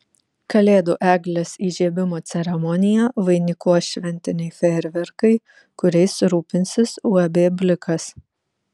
kalėdų eglės įžiebimo ceremoniją vainikuos šventiniai fejerverkai kuriais rūpinsis uab blikas